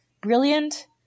brilliant